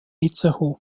itzehoe